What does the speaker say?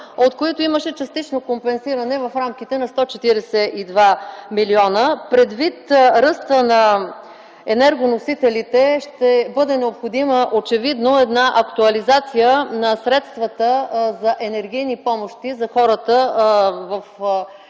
от които имаше частично компенсиране в рамките на 142 млн. лв. Предвид ръста на енергоносителите ще бъде необходима очевидно актуализация на средствата за енергийни помощи за хората в